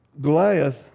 Goliath